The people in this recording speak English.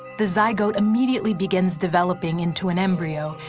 the zygote immediately begins developing into an embryo,